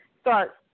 start